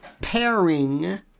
pairing